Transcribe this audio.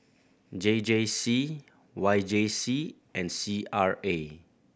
J J C Y J C and C R A